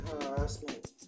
harassment